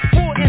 Four